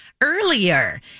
earlier